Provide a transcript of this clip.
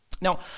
Now